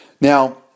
Now